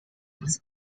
was